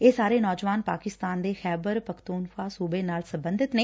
ਇਹ ਸਾਰੇ ਨੌਜਵਾਨ ਪਾਕਿਸਤਾਨ ਦੇ ਖ਼ੈਬਰ ਪਖੜੂਨਖਵਾ ਸੂਬੇ ਨਾਲ ਸਬੰਧਤ ਨੇ